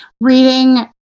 Reading